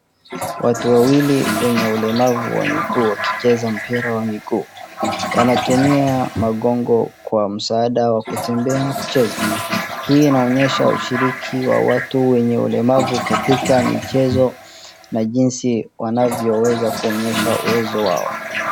Watu wawili wenye ulemavu wamekuwa wakicheza mpira wa miguu. Wanatumia magongo kwa msaada wa kutembea na kucheza. Hii inaonyesha ushiriki wa watu wenye ulemavu katika michezo na jinsi wanavyoweza kuonyesha uwezo wao.